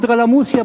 אנדרלמוסיה,